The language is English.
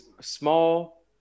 small